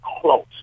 close